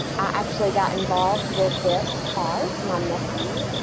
actually got involved with this cause my nephew,